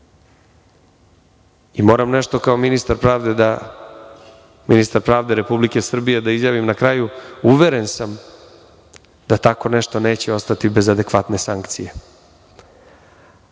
vlast. Moram nešto kao ministar pravde Republike Srbije da izjavim na kraju. Uveren sa da tako nešto neće ostati bez adekvatne sankcije.